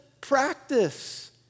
practice